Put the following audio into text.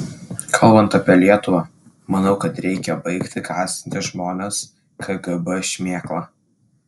kalbant apie lietuvą manau kad reikia baigti gąsdinti žmones kgb šmėkla